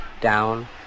down